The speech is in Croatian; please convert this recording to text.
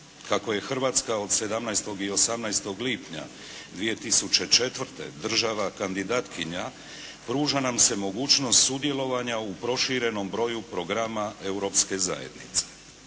Kako je Hrvatska od 17. i 18. lipnja 2004. država kandidatkinja, pruža nam se mogućnost sudjelovanja u proširenom broju programa Europske zajednice.